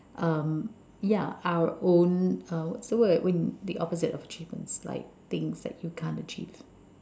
um yeah our own uh what's the word when the opposite of achievements like things that you can't achieve